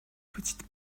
petite